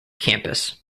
campus